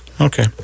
Okay